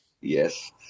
Yes